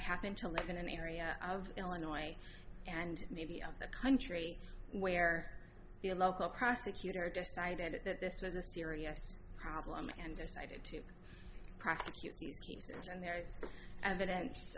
happened to like an area of illinois and maybe of the country where the local prosecutor decided that this was a serious problem and decided to prosecute and there is no evidence